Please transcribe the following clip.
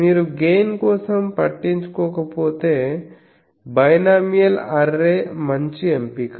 మీరు గెయిన్ కోసం పట్టించుకోకపోతే బైనామియల్ అర్రే మంచి ఎంపిక